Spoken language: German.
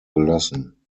gelassen